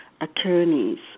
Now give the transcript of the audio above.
attorneys